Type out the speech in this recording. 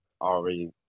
already